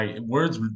words